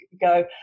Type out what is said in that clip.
go